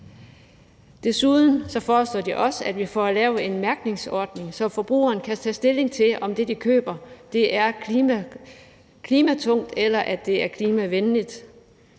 Desuden foreslår de, at vi får lavet en mærkningsordning, så forbrugerne kan tage stilling til, om det, de køber, er klimatungt eller klimavenligt.